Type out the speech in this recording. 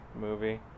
movie